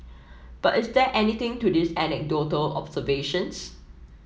but is there anything to these anecdotal observations